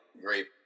great